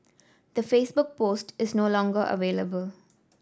the Facebook post is no longer available